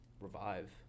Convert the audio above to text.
revive